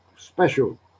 special